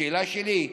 השאלה שלי: